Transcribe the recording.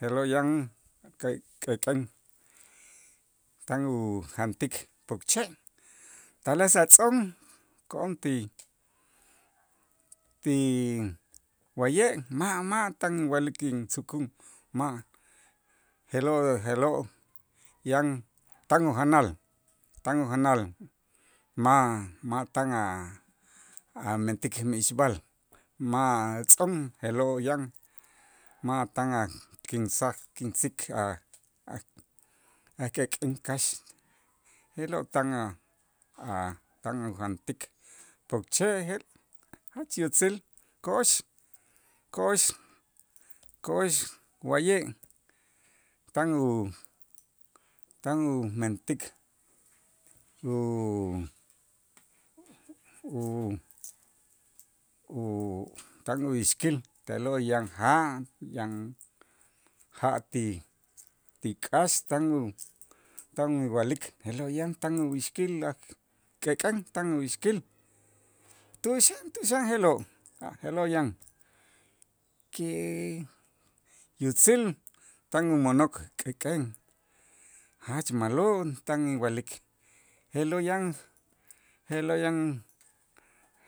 je'lo' yan k'e- k'ek'en tan ujantik pokche' tales a' tz'on ko'on ti ti wa'ye' ma' ma' tan inwa'lik insukun ma' je'lo' je'lo' yan tan ujanal tan ujanal ma' tan a- amentik mixb'al ma' tz'on je'lo' yan, ma' tan a' kinsaj kintz'ik a' a' k'ek'en k'aax je'lo' tan a' a' tan ujantik pokche' je' jach yutzil ko'ox ko'ox ko'ox wa'ye' tan u tan umentik u- u- u tan uyixkil te'lo' yan ja' yan ja' ti ti k'aax tan u tan inwa'lik je'lo yan tan uyixkil a' k'ek'en tan uyixkil tu'ux xan tu'ux xan je'lo' a' je'lo' yan que yutzil tan umo'nok k'ek'en jach ma'lo', tan inwa'lik je'lo' yan je'lo' yan